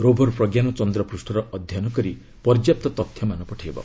rover Pragyan ଚନ୍ଦ୍ରପୃଷ୍ଠର ଅଧ୍ୟୟନ କରି ପର୍ଯ୍ୟାପ୍ତ ତଥ୍ୟ ପଠାଇବ